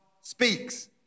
speaks